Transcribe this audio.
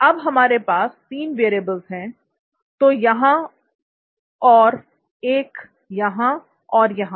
अब हमारे पास तीन वैरियेबल्स है दो यहां और एक और यहां